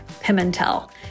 Pimentel